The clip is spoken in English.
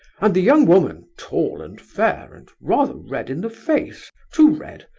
and the young woman, tall and fair, and rather red in the face, too red,